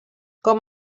com